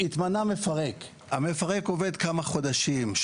התמנה מפרק, המפרק עובד כמה חודשים.